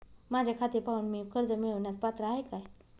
माझे खाते पाहून मी कर्ज मिळवण्यास पात्र आहे काय?